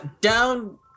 down